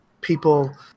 people